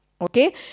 Okay